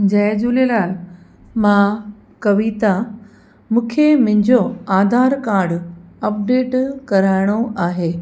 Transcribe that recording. जय झूलेलाल मां कविता मूंखे मुंहिंजो आधार कार्ड अपडेट कराइणो आहे